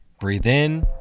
breathe in,